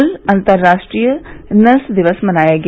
कल अंतरराष्ट्रीय नर्स दिवस मनाया गया